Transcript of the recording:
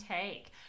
take